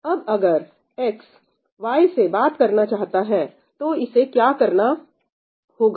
अब अगर X Y से बात करना चाहता है तो इसे क्या करना होगा